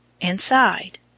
inside